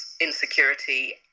insecurity